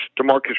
Demarcus